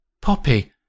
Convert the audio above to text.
Poppy